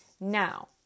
Now